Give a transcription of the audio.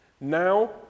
Now